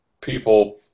People